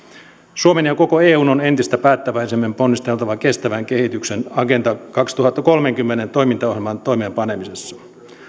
suomen ja koko eun on entistä päättäväisemmin ponnisteltava kestävän kehityksen agenda kaksituhattakolmekymmentä toimintaohjelman toimeenpanemisessa